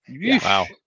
Wow